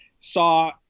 saw